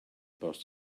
bost